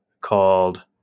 called